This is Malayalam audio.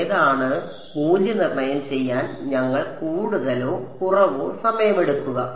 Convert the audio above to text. ഏതാണ് മൂല്യനിർണ്ണയം ചെയ്യാൻ ഞങ്ങൾ കൂടുതലോ കുറവോ സമയമെടുക്കുക